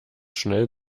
schnell